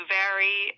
vary